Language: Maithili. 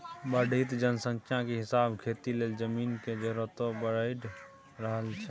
बढ़इत जनसंख्या के हिसाबे खेती लेल जमीन के जरूरतो बइढ़ रहल छइ